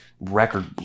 record